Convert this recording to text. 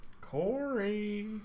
Corey